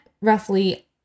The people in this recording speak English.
roughly